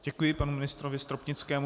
Děkuji panu ministrovi Stropnickému.